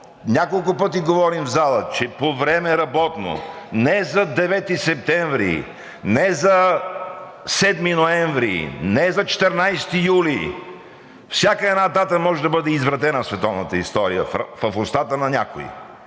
няколко пъти говорим в залата, че по време работно не за 9 септември, не за 7 ноември, не за 14 юли, всяка една дата може да бъде извратена в световната история в устата на някого.